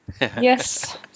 Yes